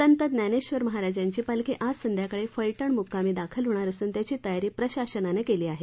संत ज्ञानेश्वर महाराज यांची पालखी आज संध्याकाळी फलटण मुक्कामी दाखल होणार असून त्याची तयारी प्रशासनानं केली आहे